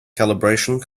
calibration